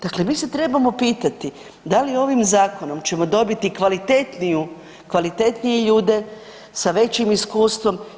Dakle, mi se trebamo pitati da li ovim zakonom ćemo dobiti kvalitetnije ljude sa većim iskustvom.